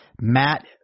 Matt